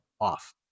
off